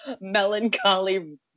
melancholy